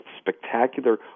spectacular